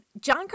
John